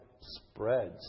spreads